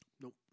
Nope